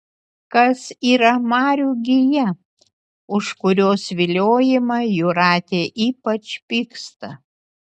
kas yra marių gija už kurios viliojimą jūratė ypač pyksta